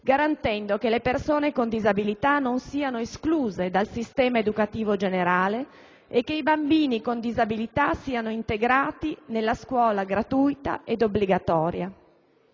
garantendo che le persone con disabilità non siano escluse dal sistema educativo generale e che i bambini disabili siano integrati nella scuola gratuita ed obbligatoria.